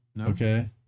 Okay